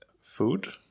food